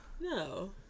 No